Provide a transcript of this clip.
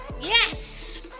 Yes